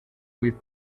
with